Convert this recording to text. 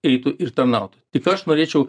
eitų ir tarnautų tik aš norėčiau